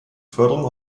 förderung